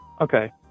okay